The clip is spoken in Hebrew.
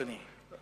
אדוני.